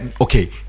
okay